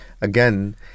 again